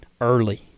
early